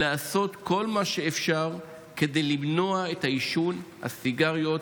לעשות כל מה שאפשר כדי למנוע את עישון הסיגריות